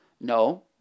no